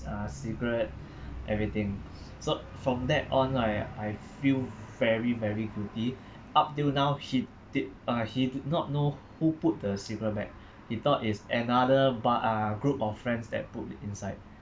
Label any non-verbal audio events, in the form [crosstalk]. uh cigarette [breath] everything so from that on lah I I feel very very guilty up till now she did uh he did not know who put the cigarette pack he thought is another bu~ uh group of friends that put it inside